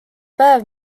päev